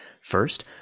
First